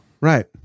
Right